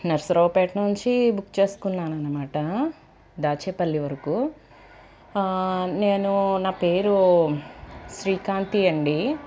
నర్సారావు పేటనుంచి బుక్ చేసుకున్నాననమాట దాచేపల్లి వరకు నేను నా పేరు శ్రీకాంతీ అండీ